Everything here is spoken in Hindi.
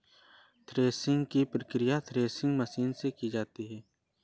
थ्रेशिंग की प्रकिया थ्रेशिंग मशीन से की जाती है